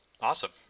Awesome